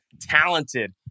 talented